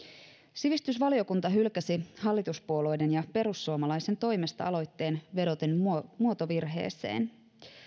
sivistysvaliokunta hylkäsi hallituspuolueiden ja perussuomalaisten toimesta aloitteen vedoten muotovirheeseen